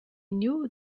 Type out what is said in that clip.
knew